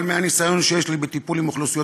אבל מהניסיון שיש לי בטיפול באוכלוסיות